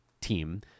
team